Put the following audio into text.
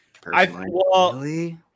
personally